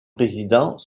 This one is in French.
président